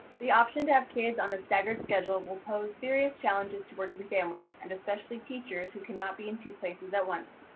the option to have kids on a staggered schedule will pose serious challenges to working families, and especially teachers who cannot be in two places at once.